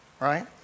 right